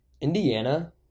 Indiana